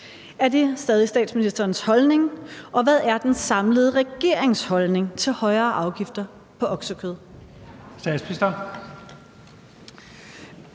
Er det stadig statsministerens holdning? Og hvad er den samlede regerings holdning til højere afgifter på oksekød?